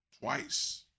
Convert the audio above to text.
Twice